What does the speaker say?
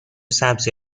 سبزی